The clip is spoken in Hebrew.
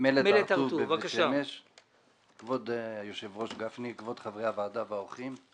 כבוד חברי הוועדה והאורחים,